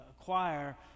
acquire